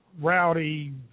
rowdy